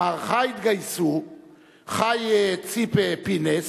למערכה התגייסו חיה ציפה פינס,